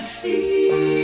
see